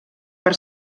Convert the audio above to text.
per